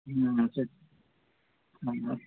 ନା ସେ ହଁ